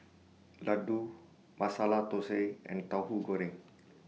Laddu Masala Thosai and Tauhu Goreng